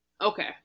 okay